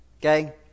Okay